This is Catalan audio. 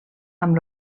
amb